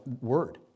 word